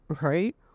right